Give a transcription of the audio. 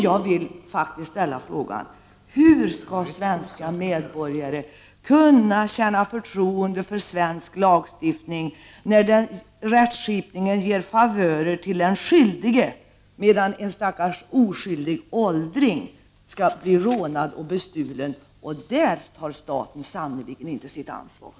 Jag vill faktiskt ställa frågan: Hur skall svenska medborgare kunna känna förtroende för svensk lagstiftning när rättsskipningen ger favörer till den skyldige, när en stackars oskyldig åldring blir rånad och bestulen? Där tar staten sannerligen inte sitt ansvar.